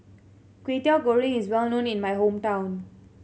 Kwetiau Goreng is well known in my hometown